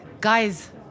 guys